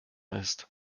ist